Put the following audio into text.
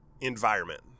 environment